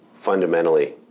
Fundamentally